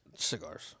Cigars